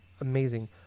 amazing